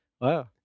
wow